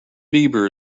bieber